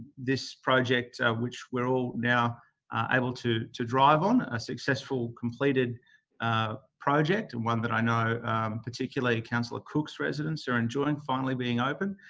this project, which we're all now able to to drive on, a successful, completed ah project and one that i know particularly councillor cook's residents are enjoying finally being open.